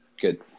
good